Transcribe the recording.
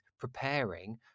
preparing